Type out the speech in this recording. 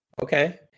Okay